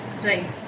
right